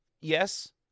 yes